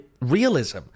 realism